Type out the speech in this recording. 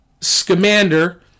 Scamander